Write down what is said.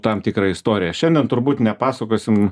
tam tikrą istoriją šiandien turbūt nepasakosim